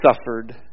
suffered